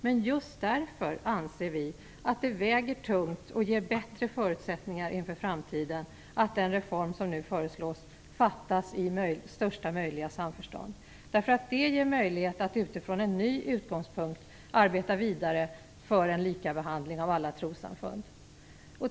Men just därför anser vi att det väger tungt och ger bättre förutsättningar inför framtiden att den reform som nu föreslås fattas i största möjliga samförstånd. Det ger möjlighet att utifrån en ny utgångspunkt arbeta vidare för en likabehandling av alla trossamfund.